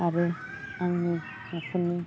आरो आंनि न'खरनि